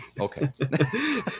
Okay